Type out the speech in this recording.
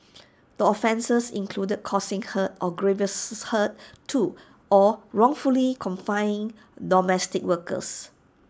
the offences included causing hurt or grievous hurt to or wrongfully confining domestic workers